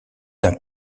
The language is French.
d’un